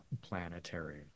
planetary